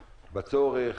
בצורך,